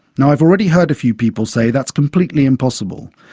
now, i've already heard a few people say that's completely impossible.